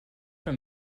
oder